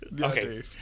Okay